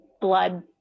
blood